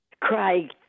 Craig